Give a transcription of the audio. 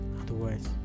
otherwise